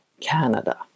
Canada